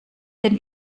den